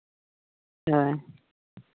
ᱦᱮᱸ